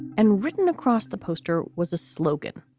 and written across the poster was a slogan,